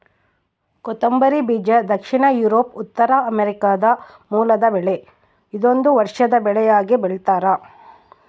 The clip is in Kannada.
ಕೊತ್ತಂಬರಿ ಬೀಜ ದಕ್ಷಿಣ ಯೂರೋಪ್ ಉತ್ತರಾಮೆರಿಕಾದ ಮೂಲದ ಬೆಳೆ ಇದೊಂದು ವರ್ಷದ ಬೆಳೆಯಾಗಿ ಬೆಳ್ತ್ಯಾರ